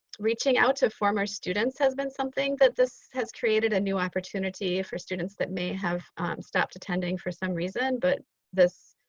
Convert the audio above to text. reaching out to former students has been something that this has created a new opportunity for students that may have stopped attending for some reason. but this